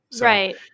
Right